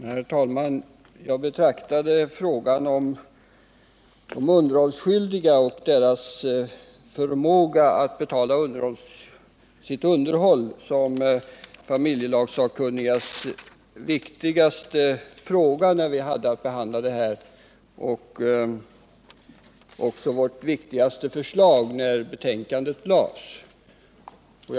Herr talman! Jag betraktade frågan om de underhållsskyldigas förmåga att betala sitt underhåll som familjelagssakkunnigas viktigaste fråga när vi hade att behandla detta komplex. Vårt förslag på det området var också det viktigaste i det betänkande som lades fram.